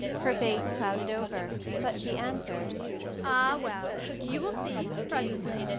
her face clouded over, but she answered ah, well you will see, presently.